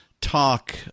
talk